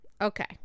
Okay